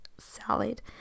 salad